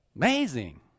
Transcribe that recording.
Amazing